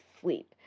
sleep